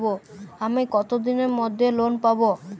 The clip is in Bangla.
আমি কতদিনের মধ্যে লোন পাব?